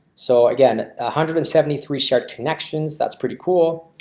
so again a hundred and seventy-three shared connections. that's pretty cool.